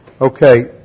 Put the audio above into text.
Okay